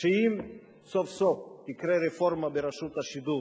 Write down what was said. אם סוף-סוף תקרה רפורמה ברשות השידור